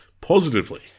positively